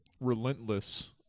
relentless